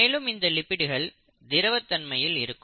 மேலும் இந்த லிப்பிடுகள் திரவத்தன்மையில் இருக்கும்